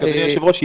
אדוני היושב-ראש,